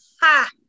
ha